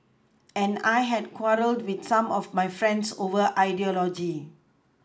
and I had quarrelled with some of my friends over ideology